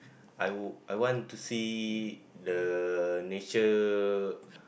I would I want to see the nature